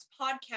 podcast